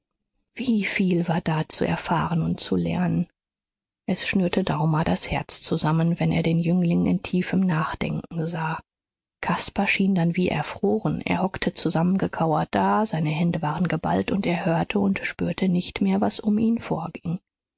wie viel war da zu erfahren und zu lernen es schnürte daumer das herz zusammen wenn er den jüngling in tiefem nachdenken sah caspar schien dann wie erfroren er hockte zusammengekauert da seine hände waren geballt und er hörte und spürte nicht mehr was um ihn vorging